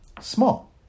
small